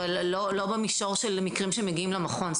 אבל לא במישור של מקרים שמגיעים למכון.